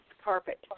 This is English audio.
Carpet